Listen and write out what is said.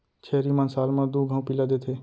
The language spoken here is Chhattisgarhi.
छेरी मन साल म दू घौं पिला देथे